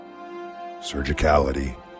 Surgicality